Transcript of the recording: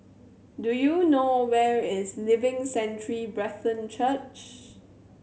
do you know where is Living Sanctuary Brethren Church